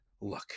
look